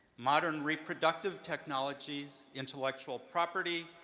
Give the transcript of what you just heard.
modern reproductive technologies, intellectual property,